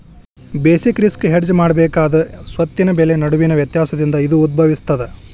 basic risk hedge ಮಾಡಬೇಕಾದ ಸ್ವತ್ತಿನ ಬೆಲೆ ನಡುವಿನ ವ್ಯತ್ಯಾಸದಿಂದ ಇದು ಉದ್ಭವಿಸ್ತದ